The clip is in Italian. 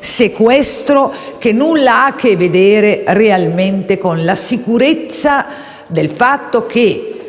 sequestro che nulla ha a che vedere realmente con la sicurezza del fatto che